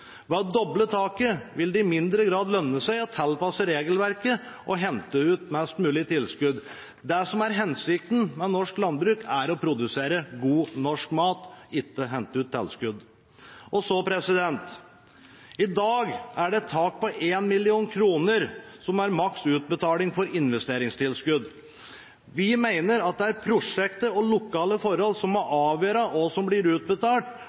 Ved å doble taket vil det i mindre grad lønne seg å tilpasse regelverket og hente ut mest mulig tilskudd. Det som er hensikten med norsk landbruk er å produsere god norsk mat, ikke å hente ut tilskudd. I dag er det et tak på 1 mill. kr som er maks utbetaling for investeringstilskudd. Vi mener at det er prosjektet og lokale forhold som må avgjøre hva som blir utbetalt,